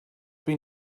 been